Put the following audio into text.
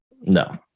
no